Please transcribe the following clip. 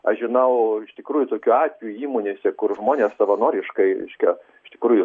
aš žinau iš tikrųjų tokių atvejų įmonėse kur žmonės savanoriškai reiškia iš tikrųjų